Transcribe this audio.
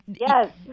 Yes